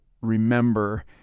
remember